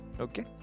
okay